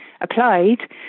applied